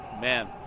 Man